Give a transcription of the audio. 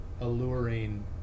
alluring